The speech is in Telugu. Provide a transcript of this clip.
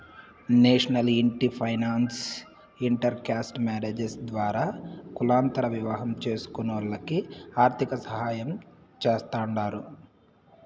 నేషనల్ ఇంటి ఫైనాన్స్ ఇంటర్ కాస్ట్ మారేజ్స్ ద్వారా కులాంతర వివాహం చేస్కునోల్లకి ఆర్థికసాయం చేస్తాండారు